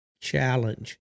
Challenge